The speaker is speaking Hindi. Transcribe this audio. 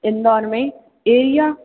इंदौर में एरिया